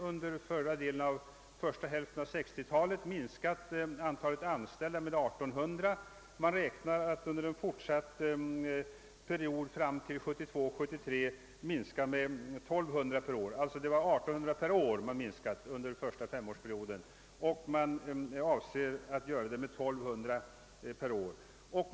Under första hälften av 1960-talet, fram till 1965, minskade antalet anställda med 1 800 per år, och man beräknar för perioden fram till 1972/73 en fortsatt minskning med 1200 personer per år.